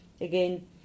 again